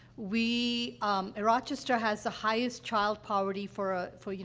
we, um rochester has the highest child poverty for for, you